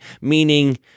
Meaning